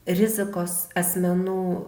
rizikos asmenų